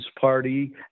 party